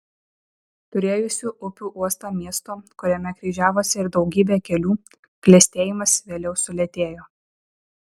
turėjusio upių uostą miesto kuriame kryžiavosi ir daugybė kelių klestėjimas vėliau sulėtėjo